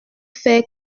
faire